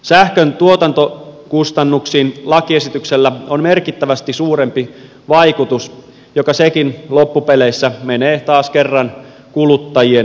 sähkön tuotantokustannuksiin lakiesityksellä on merkittävästi suurempi vaikutus joka sekin loppupeleissä menee taas kerran kuluttajien maksettavaksi